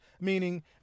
meaning